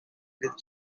with